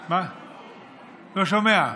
בבקשה.